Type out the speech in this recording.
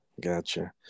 Gotcha